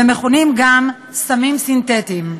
והם מכונים גם "סמים סינתטיים".